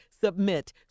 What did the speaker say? Submit